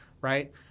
right